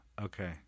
okay